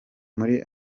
muri